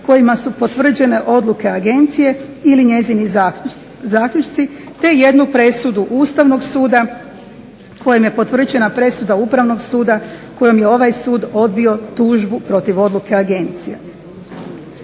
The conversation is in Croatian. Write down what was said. kojima su potvrđene odluke agencije ili njezini zaključci te jednu presudu Ustavnog suda kojim je potvrđena presuda Upravnog suda kojom je ovaj sud odbio tužbu protiv odluke agencije.